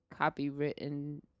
copywritten